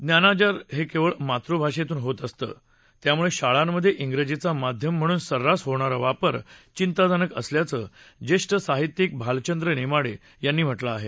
ज्ञानार्जन हे केवळ मातृभाषेतून होत असतं त्यामुळे शाळांमधे श्रजीचा माध्यम म्हणून सर्रास होणारा वापर चिंताजनक असल्याचं ज्येष्ठ साहित्यीक भालचंद्र नेमाडे यांनी म्हटलं आहे